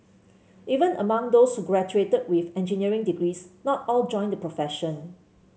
even among those who graduated with engineering degrees not all joined the profession